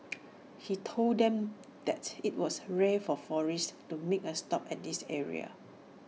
he told them that IT was rare for tourists to make A stop at this area